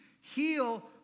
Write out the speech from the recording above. heal